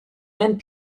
and